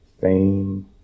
fame